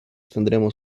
tendremos